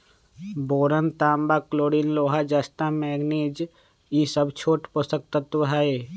boron तांबा chlorine लोहा जस्ता मैग्निज ई स छोट पोषक तत्त्व हई